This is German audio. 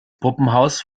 puppenhaus